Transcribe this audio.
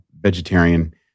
vegetarian